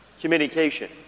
Communication